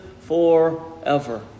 forever